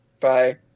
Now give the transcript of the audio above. Bye